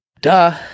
duh